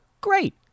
Great